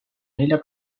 nelja